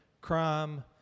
crime